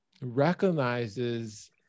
recognizes